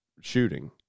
shooting